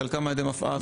חלקם ע"י מפא"ת,